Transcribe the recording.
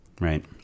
Right